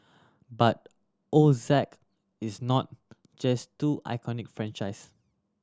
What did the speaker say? but O Z is not just two iconic franchise